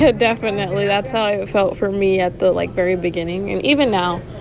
yeah definitely. that's how i felt for me at the, like, very beginning. and even now,